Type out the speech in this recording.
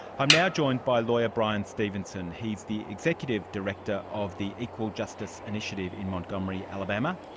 i am now joined by lawyer bryan stevenson. he's the executive director of the equal justice initiative in montgomery, alabama.